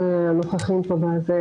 שלום לכל הנוכחים פה בוועדה.